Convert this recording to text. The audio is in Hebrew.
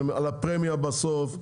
על הפרמיה בסוף.